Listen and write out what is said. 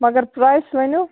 مگر پرٛایِز ؤنِو